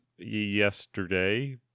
yesterday